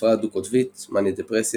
הפרעה דו-קוטבית / מאניה דפרסיה,